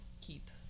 keep